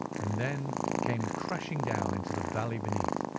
and then came crashing down into the valley beneath.